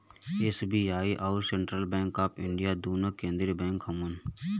SBI अउर central bank of India दुन्नो केन्द्रिय बैंक हउअन